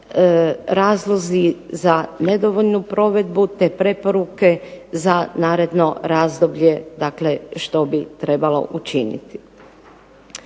razlozi za nedovoljnu provedbu, te preporuke za naredno razdoblje. Dakle, što bi trebalo učiniti.